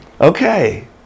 Okay